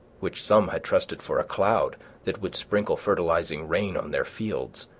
which some had trusted for a cloud that would sprinkle fertilizing rain on their fields.